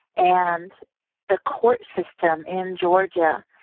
and the court system in georgia,